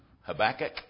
Habakkuk